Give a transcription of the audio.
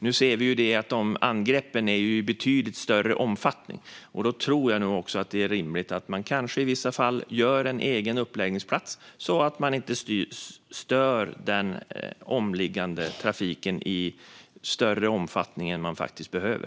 Nu ser vi att angreppen är av betydligt större omfattning, och då tror jag att det är rimligt att man kanske i vissa fall gör en egen uppläggningsplats, så att man inte stör trafiken mer än man faktiskt behöver.